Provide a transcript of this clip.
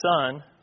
Son